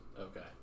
okay